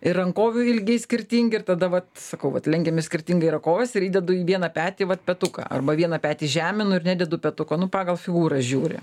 ir rankovių ilgiai skirtingi ir tada vat sakau atlenkiame skirtingai rankoves ir įdedu į vieną petį vat petuką arba vieną petį žeminu ir nededu petuko nu pagal figūrą žiūri